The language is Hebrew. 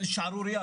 שערורייה.